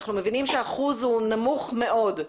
אני מבינה שהאחוז נמוך מאוד.